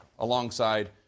Alongside